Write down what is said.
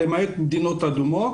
למעט מדינות אדומות,